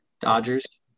Dodgers